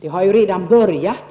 Det har ju redan börjat.